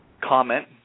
Comment